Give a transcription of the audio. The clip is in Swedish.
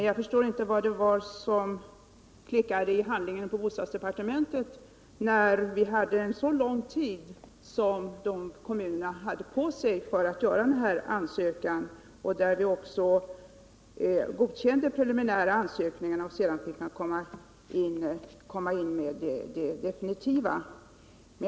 Jag förstår inte vad det var som klickade i handläggningen på bostadsdepartementet när kommunerna hade så lång tid på sig för att ansöka. Vi godkände också preliminära ansökningar och lät kommunerna komma in med definitiva senare.